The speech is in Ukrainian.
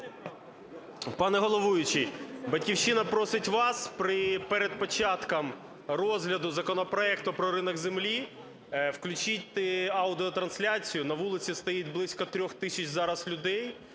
Пане головуючий, "Батьківщина" просить вас перед початком розгляду законопроекту про ринок землі включити аудіотрансляцію. На вулиці стоїть близько 3 тисяч зараз людей,